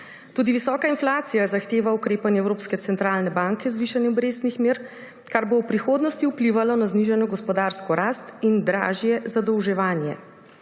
Tudi visoka inflacija zahteva ukrepanje Evropske centralne banke z višanjem obrestnih mer, kar bo v prihodnosti vplivalo na znižano gospodarsko rast in dražje zadolževanje.